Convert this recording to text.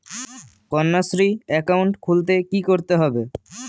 Kanyashree account খুলতে কী করতে হবে?